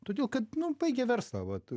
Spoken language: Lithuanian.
todėl kad nu baigė verslą vat